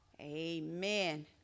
Amen